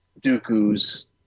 Dooku's